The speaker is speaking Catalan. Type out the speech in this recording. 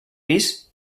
pis